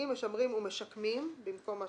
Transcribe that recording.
בוקר טוב.